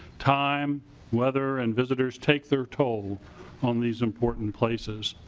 time weather and visitors take their toll on these important places.